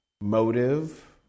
motive